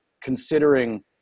considering